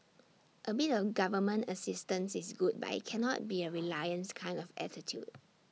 A bit of government assistance is good but IT cannot be A reliance kind of attitude